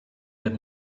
that